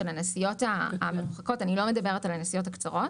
בוודאי של הנסיעות המרוחקות אני לא מדברת על הנסיעות הקצרות